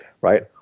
right